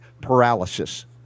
paralysis